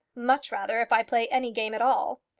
much rather, if i play any game at all.